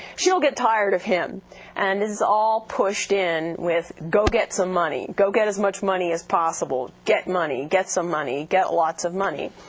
she'll get tired of him and this is all pushed in with go get some money, go get as much money as possible, get money, get some money, get lots of money.